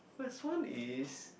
that one is